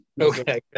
Okay